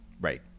Right